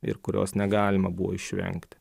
ir kurios negalima buvo išvengti